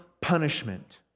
punishment